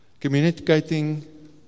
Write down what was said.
communicating